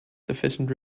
sufficient